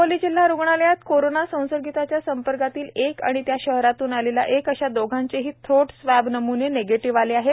हिंगोली जिल्हा रुग्णालयात कोरोना संसर्गिताच्या संपर्कातील एक व त्या शहरातून आलेला एक अशा दोघांचेही श्रोट स्वव्न नमुने निगेटिव्ह आले आहेत